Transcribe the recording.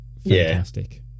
fantastic